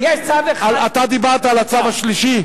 אתה דיברת על הצו השלישי?